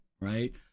right